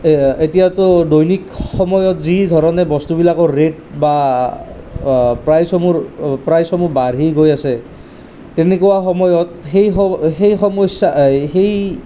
এতিয়াতো দৈনিক সময়ত যি ধৰণে বস্তুবিলাকৰ ৰেট বা প্ৰাইজসমূহ প্ৰাইজসমূহ বাঢ়ি গৈ আছে তেনেকুৱা সময়ত সেই সেই সমস্যা সেই